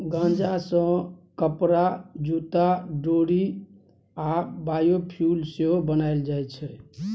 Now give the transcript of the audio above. गांजा सँ कपरा, जुत्ता, डोरि आ बायोफ्युल सेहो बनाएल जाइ छै